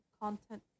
content